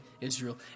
Israel